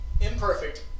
imperfect